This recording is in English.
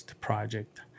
Project